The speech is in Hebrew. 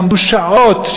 עמדו שעות,